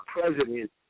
president